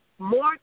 more